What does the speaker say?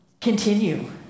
continue